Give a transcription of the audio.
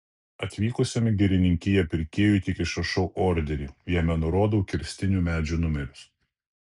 atvykusiam į girininkiją pirkėjui tik išrašau orderį jame nurodau kirstinų medžių numerius